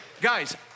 guys